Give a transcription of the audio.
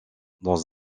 dans